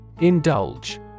Indulge